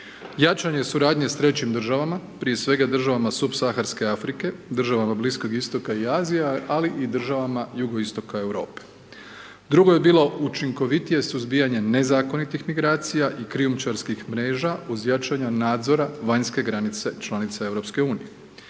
Jačanje suradnje s trećim državama, prije svega državama Subsaharske Afrike, državama Bliskog Istoka i Azije, ali i državama Jugoistoka Europe. Drugo je bilo učinkovitije suzbijanje nezakonitih migracija i krijumčarskih mreža uz jačanja nadzora vanjske granica članica EU.